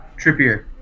Trippier